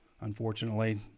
unfortunately